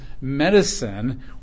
medicine